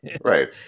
Right